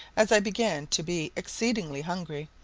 as i began to be exceedingly hungry,